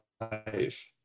life